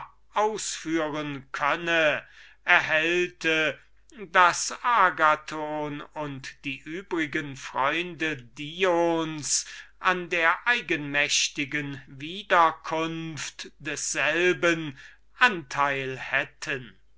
ausführen könne erhellete zwar deutlich daß agathon und die übrigen freunde dions an der eigenmächtigen wiederkunft desselben anteil hätten